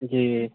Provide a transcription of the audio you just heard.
जी